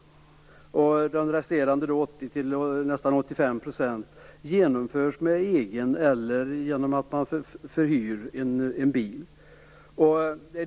De resterande 80-85 % genomförs med egen eller förhyrd bil.